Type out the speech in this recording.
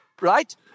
Right